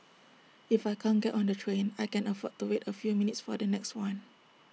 if I can't get on the train I can afford to wait A few minutes for the next one